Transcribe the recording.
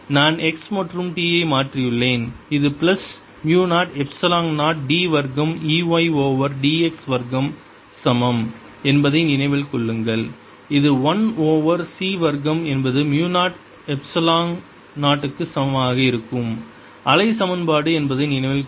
நான் x மற்றும் t ஐ மாற்றியுள்ளேன் இது பிளஸ் மு 0 எப்சிலான் 0 d வர்க்கம் E y ஓவர் dx வர்க்கம் சமம் என்பதை நினைவில் கொள்ளுங்கள் இது 1 ஓவர் c வர்க்கம் என்பது மு 0 எப்சிலான் 0 க்கு சமமாக இருக்கும் அலை சமன்பாடு என்பதை நினைவில் கொள்க